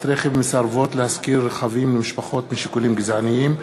להשכרת רכב מסרבות להשכיר רכבים למשפחות משיקולים גזעניים.